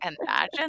imagine